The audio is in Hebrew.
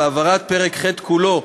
והעברת פרק ח' כולו,